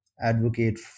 advocate